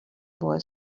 boy